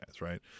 right